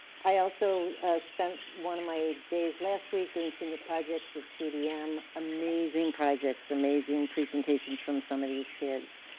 i also spent one of my days last week doing senior projects at cdm. amazing projects, amazing presentations from some of these kids.